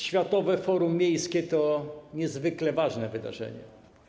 Światowe Forum Miejskie to niezwykle ważne wydarzenie.